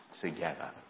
together